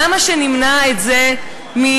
למה שנמנע את זה מהתינוקות,